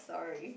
sorry